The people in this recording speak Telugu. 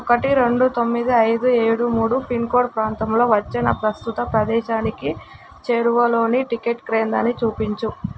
ఒకటి రొండు తొమ్మిది ఐదు ఏడు మూడు పిన్కోడ్ ప్రాంతంలో వచ్చే నా ప్రస్తుత ప్రదేశానికి చేరువలోని టికెట్ కేంద్రాన్ని చూపించు